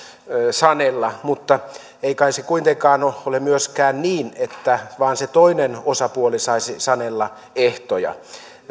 sanella mutta ei kai se kuitenkaan ole ole myöskään niin että vain se toinen osapuoli saisi sanella ehtoja